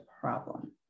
problem